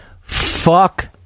Fuck